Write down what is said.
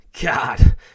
God